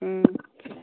ꯎꯝ